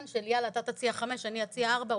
של יאללה אתה תציג חמש אני אציע ארבע,